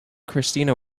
christina